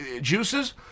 juices